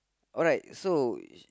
alright so